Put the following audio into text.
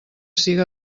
siga